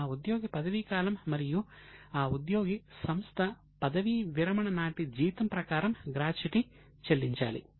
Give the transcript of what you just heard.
ఆ ఉద్యోగి పదవీకాలం మరియు ఆ ఉద్యోగి సంస్థ పదవీ విరమణ నాటి జీతం ప్రకారం గ్రాట్యుటీ చెల్లించాలి